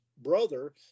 brother